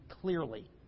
clearly